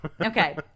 Okay